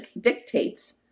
dictates